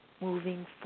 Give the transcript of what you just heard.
moving